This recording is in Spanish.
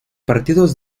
partidos